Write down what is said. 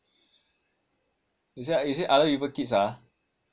he say he say other people kids ah